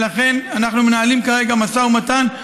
ולכן אנחנו מנהלים כרגע משא ומתן.